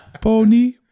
Pony